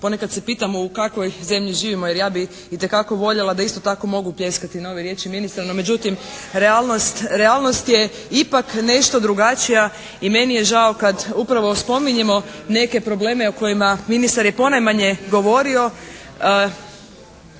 ponekad se pitamo u kakvoj zemlji živimo jer ja bih itekako voljela da isto tako mogu pljeskati na ove riječi ministra, no međutim realnost je ipak nešto drugačija i meni je žao kad upravo spominjemo neke probleme o kojima ministar je ponajmanje govorio.